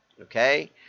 okay